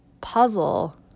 puzzle